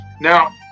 Now